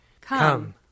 Come